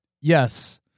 yes